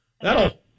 That'll